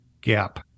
gap